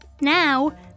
Now